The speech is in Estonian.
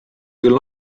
küll